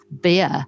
beer